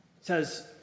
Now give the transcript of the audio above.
says